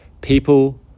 People